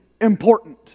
important